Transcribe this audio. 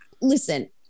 listen